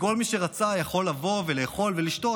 שכל מי שרצה יכול לבוא ולאכול ולשתות,